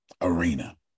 arena